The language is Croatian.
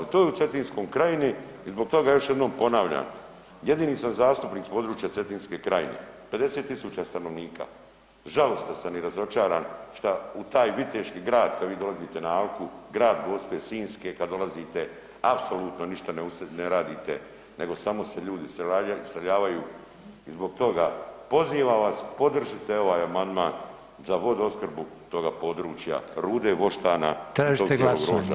To je u Cetinskoj krajini i zbog toga još jednom ponavljam, jedini sam zastupnik s područja Cetinske krajine, 50.000 stanovnika, žalostan sam i razočaran šta u taj viteški grad kad vi dolazite na Alku, grad Gospe Sinjske, kad dolazite apsolutno ništa ne radite nego samo se ljudi iseljavaju i zbog toga pozivam vas podržite ovaj amandman za vodoopskrbu toga područja Rude, Voštana, [[Upadica: Tražite glasovanje?]] [[Govornik se ne razumije]] Hvala.